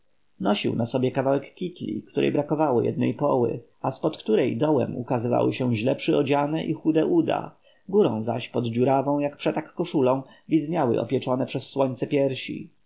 nosił na sobie kawałek kitli której brakowało jednej poły a z pod której dołem ukazywały się źle przyodziane i chude uda górą zaś pod dziurawą jak przetak koszulą widniały opieczone przez słońce piersi